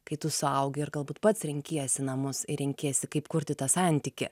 kai tu suaugi ir galbūt pats renkiesi namus ir renkiesi kaip kurti tą santykį